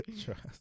Trust